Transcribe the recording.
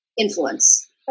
influence